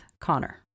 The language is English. Connor